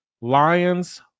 Lions